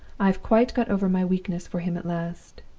i have quite got over my weakness for him at last.